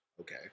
Okay